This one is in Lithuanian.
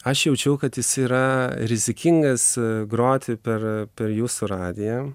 aš jaučiau kad jis yra rizikingas groti per per jūsų radiją